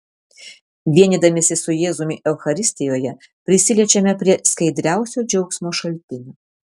vienydamiesi su jėzumi eucharistijoje prisiliečiame prie skaidriausio džiaugsmo šaltinio